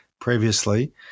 previously